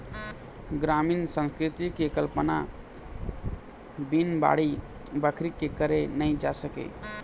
गरामीन संस्कृति के कल्पना बिन बाड़ी बखरी के करे नइ जा सके